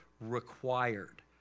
required